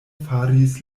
faris